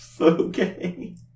Okay